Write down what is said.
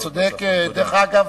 תודה.